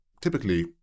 typically